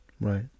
Right